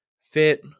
fit